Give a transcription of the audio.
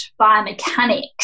biomechanics